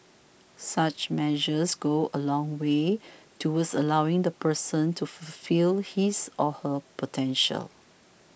such measures go a long way towards allowing the person to fulfil his or her potential